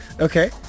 Okay